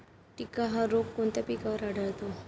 टिक्का हा रोग कोणत्या पिकावर आढळतो?